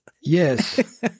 Yes